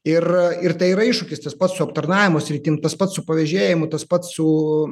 ir ir tai yra iššūkis tas pats su aptarnavimo sritim tas pats su pavėžėjimu tas pats su